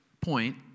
point